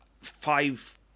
five